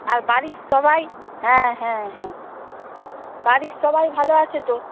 আর বাড়ির সবাই হ্যাঁ হ্যাঁ হ্যাঁ বাড়ির সবাই ভালো আছে তো